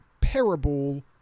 parable